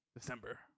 December